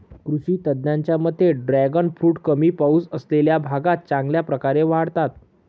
कृषी तज्ज्ञांच्या मते ड्रॅगन फ्रूट कमी पाऊस असलेल्या भागात चांगल्या प्रकारे वाढतात